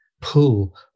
pull